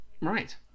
Right